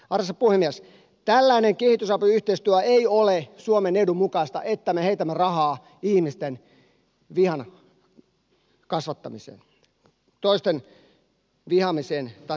arvoisa puhemies tällainen kehitysapuyhteistyö ei ole suomen edun mukaista että me heitämme rahaa ihmisten vihan kasvattamiseen toisten vihaamiseen tai toisten aivopesemiseen